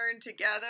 together